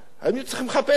היינו צריכים לחפש כסף.